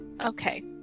Okay